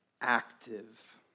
active